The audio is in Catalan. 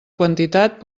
quantitat